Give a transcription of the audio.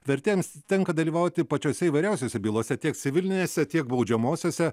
vertėjams tenka dalyvauti pačiose įvairiausiose bylose tiek civilinėse tiek baudžiamosiose